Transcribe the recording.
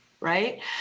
Right